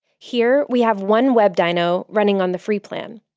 here we have one web dyno running on the free plan.